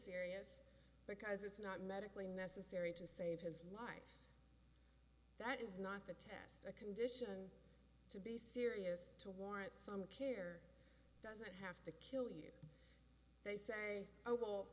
serious because it's not medically necessary to save his life that is not the test a condition to be serious to what some appear to have to kill you they say oh well